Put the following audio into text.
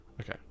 Okay